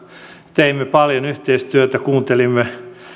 teimme paljon yhteistyötä kuuntelimme